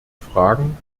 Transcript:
fragen